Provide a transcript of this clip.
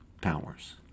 powers